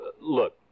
Look